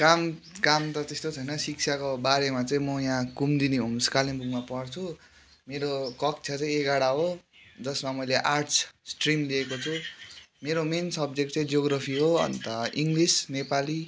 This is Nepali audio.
काम काम त त्यस्तो छैन शिक्षाको बारेमा चाहिँ म यहाँ कुमुदिनी होम्स कालिम्पोङमा पढ्छु मेरो कक्षा चाहिँ एघार हो जसमा मैले आर्टस स्ट्रिम लिएको छु मेरो मेन सब्जेक्ट चाहिँ जियोग्रफी हो अन्त इङ्ग्लिस नेपाली